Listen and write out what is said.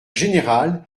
générale